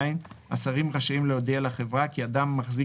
השרים רשאים להודיע לחברה כי אדם מחזיק